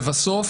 לבסוף